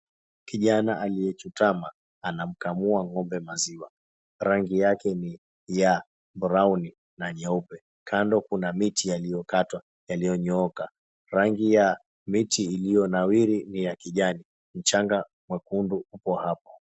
Kijana aliye chutama ana mkamua ng'ombe maziwa. Rangi yake ni ya browni na nyeupe. Kando kuna miti yaliyokatwa yaliyo nyooka. Rangi ya miti iliyo nawiri ni ya kijani. Mchanga mwekundu upo hapo.